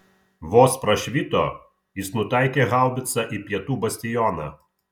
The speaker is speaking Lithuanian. vos prašvito jis nutaikė haubicą į pietų bastioną